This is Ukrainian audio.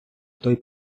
той